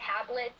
tablets